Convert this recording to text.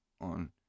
on